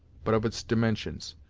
but of its dimensions.